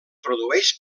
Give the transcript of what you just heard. produeix